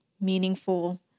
meaningful